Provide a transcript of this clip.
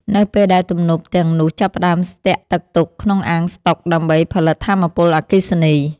នៅពេលដែលទំនប់ទាំងនោះចាប់ផ្តើមស្ទាក់ទឹកទុកក្នុងអាងស្តុកដើម្បីផលិតថាមពលអគ្គិសនី។